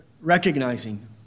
recognizing